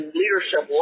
leadership